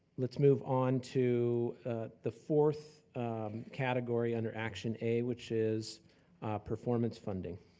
let's move on to the fourth category under action a, which is performance funding.